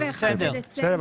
31 בדצמבר 2030. בסדר.